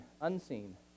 unseen